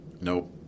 Nope